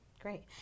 great